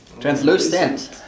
Translucent